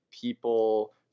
people